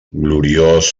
gloriós